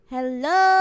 Hello